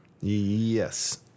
Yes